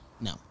no